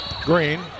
Green